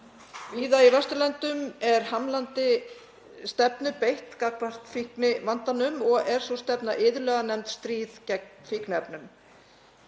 Víða á Vesturlöndum er hamlandi stefnu beitt gagnvart fíknivandanum og er sú stefna iðulega nefnd stríð gegn fíkniefnum.